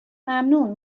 ممنون